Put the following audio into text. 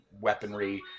weaponry